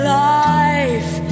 life